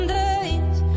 days